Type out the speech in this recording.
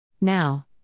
Now